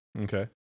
Okay